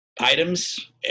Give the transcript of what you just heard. items